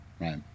Right